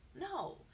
no